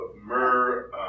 myrrh